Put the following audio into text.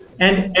and and